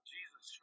Jesus